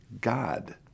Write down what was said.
God